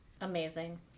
Amazing